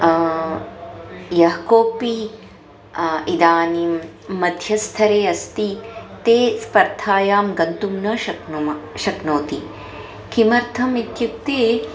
यः कोपि इदानीं मध्यस्तरे अस्ति ते स्पर्धायां गन्तुं न शक्नुमः शक्नोति किमर्थम् इत्युक्ते